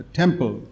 temple